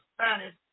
Spanish